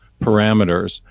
parameters